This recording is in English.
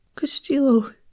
Castillo